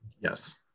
Yes